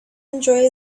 enjoy